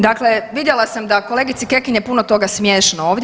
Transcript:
Dakle, vidjela sam da kolegici Kekin je puno toga smiješno ovdje.